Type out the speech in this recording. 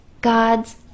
God's